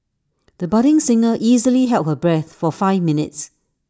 the budding singer easily held her breath for five minutes